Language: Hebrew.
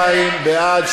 42 בעד,